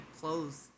clothes